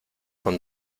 con